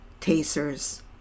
tasers